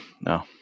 no